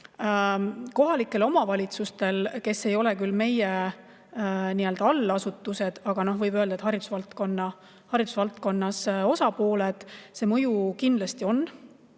Kohalikele omavalitsustele, kes ei ole küll meie allasutused, aga võib öelda, et nad on haridusvaldkonna osapooled, siin mõju kindlasti on.